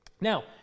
Now